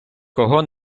кого